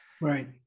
right